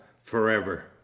forever